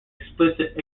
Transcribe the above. explicit